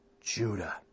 Judah